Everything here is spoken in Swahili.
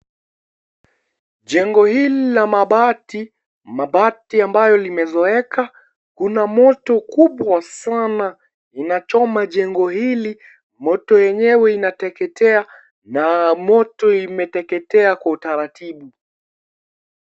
Jengo hili la mabati, mabati ambayo limezeeka. Kuna moto kubwa Sana unachoma jengo hili ,moto enyewe inateketea na moto imeteketea Kwa utaratibu .